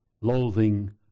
loathing